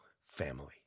family